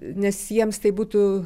nes jiems tai būtų